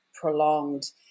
prolonged